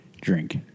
drink